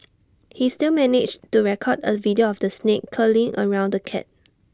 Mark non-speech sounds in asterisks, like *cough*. *noise* he still managed the record A video of the snake curling around the cat